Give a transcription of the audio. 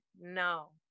no